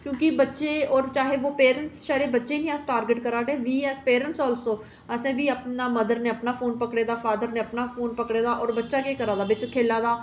की के ओह् बच्चे अस पेरेंट्स बच्चें गी टारगेट करै ने अस बी नेह् न मदर नै अपना फोन पकड़े दा फॉदर नै अपना फोन पकड़े दा होर बच्चा केह् करै दा खेढा दा